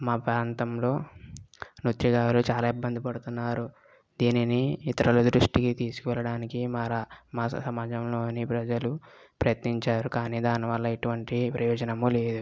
మా ప్రాంతంలో నృత్యకారులు చాలా ఇబ్బంది పడుతున్నారు దీనిని ఇతరుల దృష్టికి తీసుకు వెళ్ళడానికి మా రా మా సమాజంలోని ప్రజలు ప్రయత్నించారు కానీ దానివల్ల ఎటువంటి ప్రయోజనం లేదు